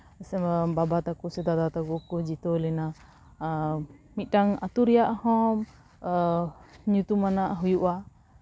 ᱥᱮ ᱵᱟᱵᱟ ᱛᱟᱠᱚ ᱥᱮ ᱫᱟᱫᱟ ᱛᱟᱠᱚ ᱠᱚ ᱡᱤᱛᱟᱹᱣ ᱞᱮᱱᱟ ᱟᱨ ᱢᱤᱫᱴᱟᱱ ᱟᱛᱳ ᱨᱮᱭᱟᱜ ᱦᱚᱸ ᱚ ᱧᱩᱛᱩᱢᱟᱱᱟᱜ ᱦᱩᱭᱩᱜᱼᱟ